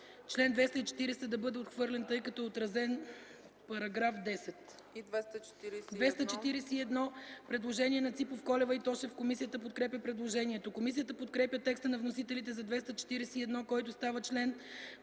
чл. 240 да бъде отхвърлен, тъй като е отразен в § 10. По чл. 241 има предложение на Ципов, Колева и Тошев. Комисията подкрепя предложението. Комисията подкрепя текста на вносителите за чл. 241, който става чл.